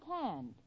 hand